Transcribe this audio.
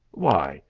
why,